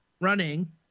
running